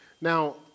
Now